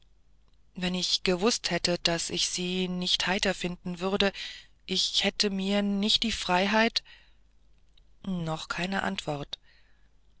wenn ich gewußt hätte daß ich sie nicht heiter finden würde ich hätte mir gewiß nicht die freiheit noch keine antwort